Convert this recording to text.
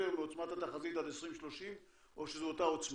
מעוצמת התחזית עד 2030 או שזו אותה עוצמה?